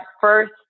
first